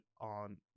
on